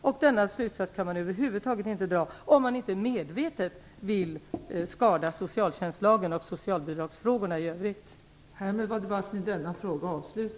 Och den slutsatsen kan man över huvud taget inte dra, om man inte medvetet vill skada socialtjänstlagen och socialbidragsfrågorna i övrigt.